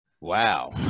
Wow